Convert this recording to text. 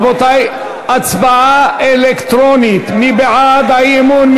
רבותי, הצבעה אלקטרונית, מי בעד האי-אמון?